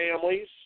families